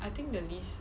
I think the least